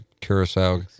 Curacao